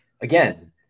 again